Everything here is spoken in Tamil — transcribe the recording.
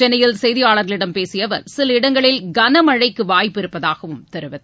சென்னையில் செய்தியாளர்களிடம் பேசிய அவர் சில இடங்களில் கனமழைக்கு வாய்ப்பு இருப்பதாகவும் தெரிவித்தார்